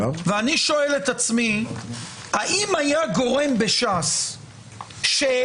אני שואל את עצמי האם היה גורם בש"ס שהעז